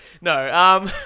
No